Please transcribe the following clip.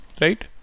Right